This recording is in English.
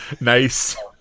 Nice